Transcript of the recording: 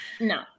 No